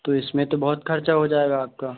तो इसमें तो बहुत खर्चा हो जाएगा आपका